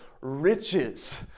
riches